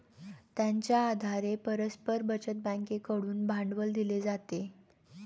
त्यांच्या आधारे परस्पर बचत बँकेकडून भांडवल दिले जाते